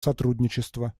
сотрудничества